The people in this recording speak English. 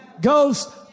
Ghost